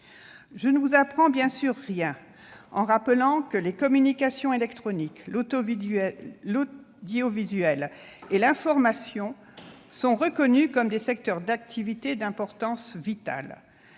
je ne vous apprendrai rien en rappelant que les communications électroniques, l'audiovisuel et l'information sont reconnus comme des secteurs d'activité d'importance vitale.